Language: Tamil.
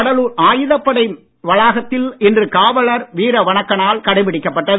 கடலூர் ஆயுதப்படை வளாகத்தில் இன்று காவலர் வீர வணக்க நாள் கடைபிடிக்கப்பட்டது